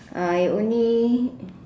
I only